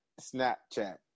Snapchat